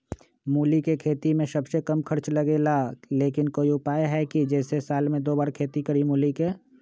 मूली के खेती में सबसे कम खर्च लगेला लेकिन कोई उपाय है कि जेसे साल में दो बार खेती करी मूली के?